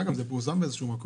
זה פורסם באיזה מקום.